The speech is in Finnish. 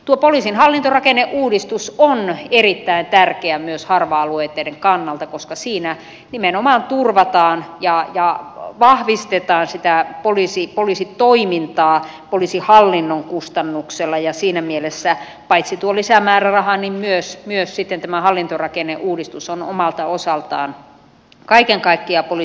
tuo poliisin hallintorakenneuudistus on erittäin tärkeä myös harva alueitten kannalta koska siinä nimenomaan turvataan ja vahvistetaan sitä poliisitoimintaa poliisihallinnon kustannuksella ja siinä mielessä paitsi tuo lisämääräraha myös sitten tämä hallintorakenneuudistus on omalta osaltaan kaiken kaikkiaan poliisitoimintaa turvaamassa